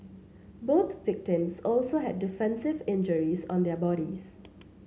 both victims also had defensive injuries on their bodies